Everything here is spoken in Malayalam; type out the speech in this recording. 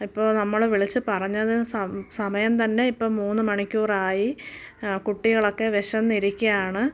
അപ്പോൾ നമ്മൾ വിളിച്ചു പറഞ്ഞതിന് സമയം സമയം തന്നെ ഇപ്പോൾ മൂന്ന് മണിക്കൂറായി കുട്ടികളൊക്കെ വിശന്ന് ഇരിക്കുകയാണ്